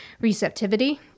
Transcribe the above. receptivity